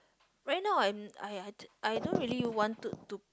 right now I I I don't really wanted to